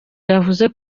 yavuze